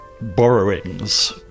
borrowings